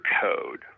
code